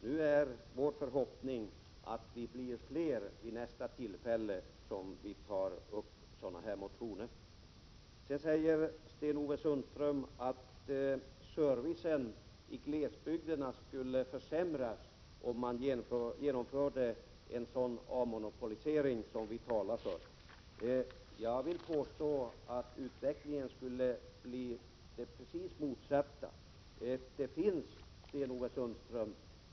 Nu är vår förhoppning att vi blir fler vid nästa tillfälle när vi tar upp sådana motioner. Sten-Ove Sundström sade vidare att servicen i glesbygden skulle försämras om man genomförde en sådan avmonopolisering som vi talar för. Jag vill påstå att utvecklingen skulle bli precis den motsatta, Sten-Ove Sundström.